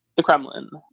the kremlin,